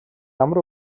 ямар